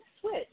switch